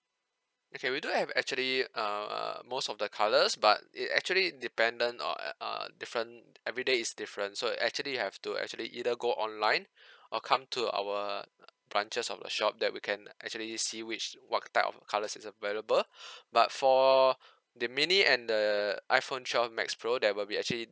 okay we do have actually err most of the colours but it actually dependent on err uh different everyday is different so actually you have to actually either go online or come to our uh branches of the shop that we can actually see which what type of colours is available but for the mini and the iphone twelve max pro there will be actually